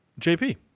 JP